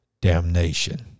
damnation